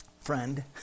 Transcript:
friend